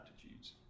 attitudes